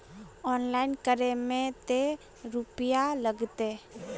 Online करे में ते रुपया लगते?